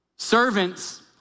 Servants